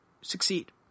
succeed